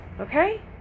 Okay